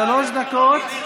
שלוש דקות.